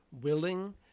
willing